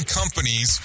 companies